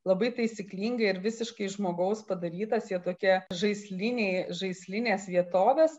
labai taisyklingai ir visiškai žmogaus padarytas jie tokie žaisliniai žaislinės vietovės